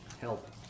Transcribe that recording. Help